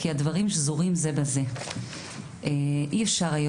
הדברים שזורים זה בזה ואני חושבת שהנתונים מדברים בעד עצמם.